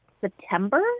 September